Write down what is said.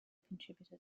contributor